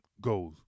goes